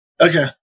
Okay